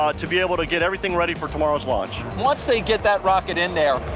um to be able to get everything ready for tomorrow's launch. once they get that rocket in there,